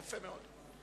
יפה מאוד.